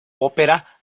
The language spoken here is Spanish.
ópera